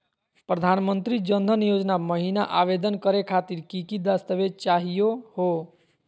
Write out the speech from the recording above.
प्रधानमंत्री जन धन योजना महिना आवेदन करे खातीर कि कि दस्तावेज चाहीयो हो?